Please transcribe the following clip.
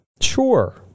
Sure